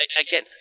again